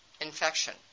infection